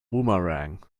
boomerang